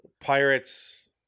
Pirates